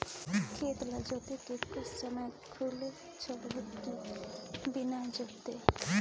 खेत ल जोत के कुछ समय खाली छोड़बो कि बिना जोते?